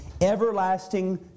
everlasting